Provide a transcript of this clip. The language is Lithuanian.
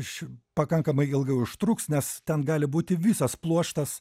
š pakankamai ilgai užtruks nes ten gali būti visas pluoštas